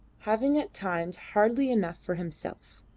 having at times hardly enough for himself.